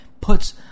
puts